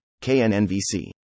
KNNVC